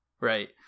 Right